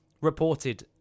reported